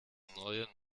neue